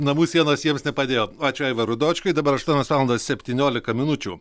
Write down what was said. namų sienos jiems nepadėjo ačiū aivarui dočkui dabar aštuonios valandos septyniolika minučių